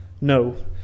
No